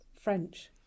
French